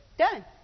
done